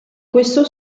questo